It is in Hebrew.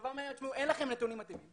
הצבא אומר שאין לכם נתונים מתאימים,